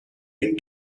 been